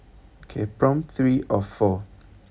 okay prompt three of four